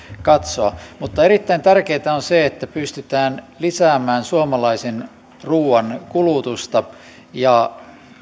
katsoa mutta erittäin tärkeätä on se että pystytään lisäämään suomalaisen ruuan kulutusta ja